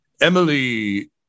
Emily